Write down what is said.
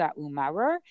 umar